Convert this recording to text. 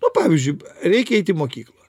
nu pavyzdžiui reikia eit į mokyklą